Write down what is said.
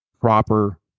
proper